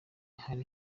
hari